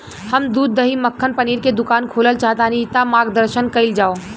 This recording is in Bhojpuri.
हम दूध दही मक्खन पनीर के दुकान खोलल चाहतानी ता मार्गदर्शन कइल जाव?